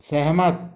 सहमत